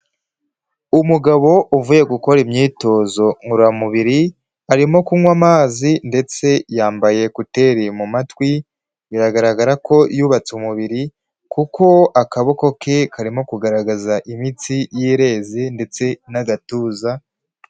Umugabo uvuye gukora imyitozo ngororamubiri arimo kunywa amazi ndetse yambaye ekuteri mu matwi biragaragara ko yubatse umubiri kuko akaboko ke karimo kugaragaza imitsi y'ireze ndetse n'agatuza.